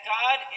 God